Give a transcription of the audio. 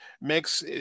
makes